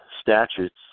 statutes